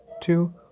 two